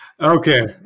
Okay